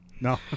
No